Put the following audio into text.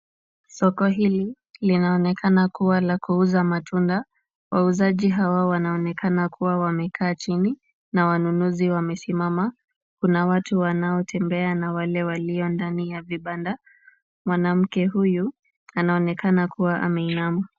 Soko hili linaonekana kuwa la kuuza matunda. Wauzaji hawa wanaonekana kuwa wamekaa chini na wanunuzi wamesimama. Kuna watu wanaotembea na wale walio ndani ya vibanda. Mwanamke huyu anaonekana kuwa ameinama.